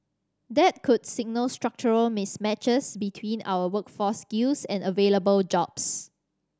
that could signal structural mismatches between our workforce skills and available jobs